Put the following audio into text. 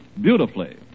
beautifully